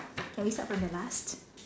can we start from the last